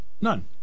None